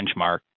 benchmark